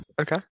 Okay